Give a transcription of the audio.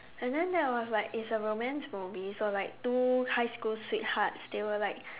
and then there was like it's a romance movie so like two high school sweethearts they were like